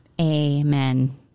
Amen